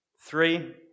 Three